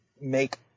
make